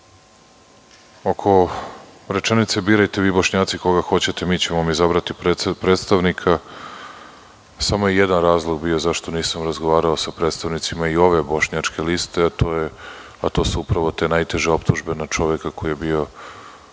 ne. Oko rečenice – birajte vi Bošnjaci koga hoćete, mi ćemo izabrati predstavnika, samo je jedan razlog bio zašto nisam razgovarao sa predstavnicima i ove bošnjačke liste, a to su upravo te najteže optužbe na čoveka koji je bio